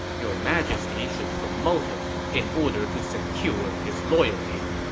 your majesty should promote him in order to secure his loyalty.